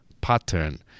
pattern